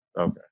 Okay